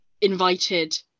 invited